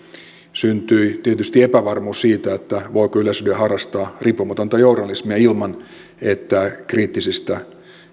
syntyi tietysti epävarmuus siitä voiko yleisradio harrastaa riippumatonta journalismia ilman että kriittisistä